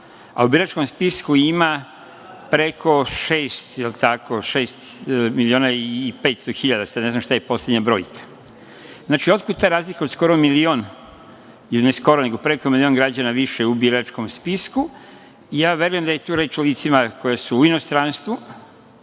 a u biračkom spisku ima preko šest miliona i petsto hiljada, sad ne znam šta je poslednja brojka. Otkud ta razlika od skoro milion, i ne skoro, preko milion građana više u biračkom spisku? Ja verujem da je tu reč o licima koja su u inostranstvu,